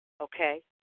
okay